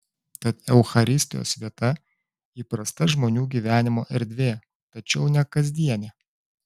tad eucharistijos vieta įprasta žmonių gyvenimo erdvė tačiau ne kasdienė